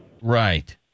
Right